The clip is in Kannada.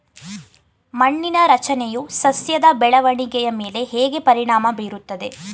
ಮಣ್ಣಿನ ರಚನೆಯು ಸಸ್ಯದ ಬೆಳವಣಿಗೆಯ ಮೇಲೆ ಹೇಗೆ ಪರಿಣಾಮ ಬೀರುತ್ತದೆ?